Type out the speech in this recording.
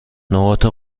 نقاط